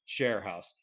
Sharehouse